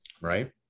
right